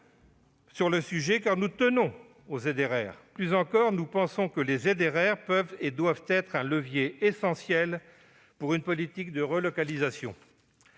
sur ce sujet. En effet, nous tenons aux ZRR. Plus encore, nous pensons qu'elles peuvent et doivent être un levier essentiel pour une politique de relocalisation.